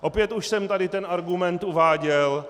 Opět už jsem tady ten argument uváděl.